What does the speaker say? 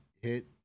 hit